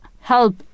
help